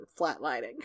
flatlining